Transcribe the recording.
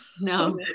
No